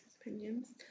opinions